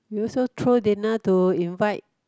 we also throw dinner to invite